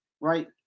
right